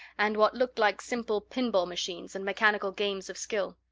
and what looked like simple pinball machines and mechanical games of skill.